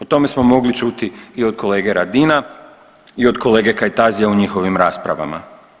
O tome smo mogli čuti i od kolege Radina i od kolege Kajtazija u njihovim raspravama.